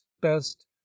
best